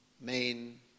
main